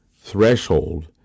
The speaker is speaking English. threshold